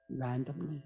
randomly